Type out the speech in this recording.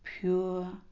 pure